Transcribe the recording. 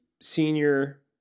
senior